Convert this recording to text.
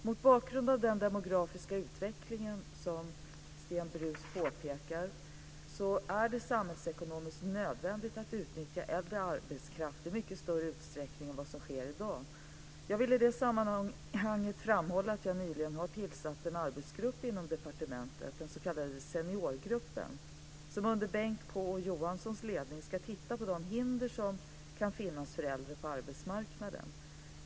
Mot bakgrund av den demografiska utvecklingen är det, som Sven Brus påpekar, samhällsekonomiskt nödvändigt att utnyttja äldre arbetskraft i mycket större utsträckning än som sker i dag. Jag vill i det sammanhanget framhålla att jag nyligen har tillsatt en arbetsgrupp inom departementet, den s.k. Seniorgruppen, som under Bengt K Å Johanssons ledning ska titta på de hinder som kan finnas för äldre på arbetsmarknaden.